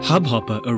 Hubhopper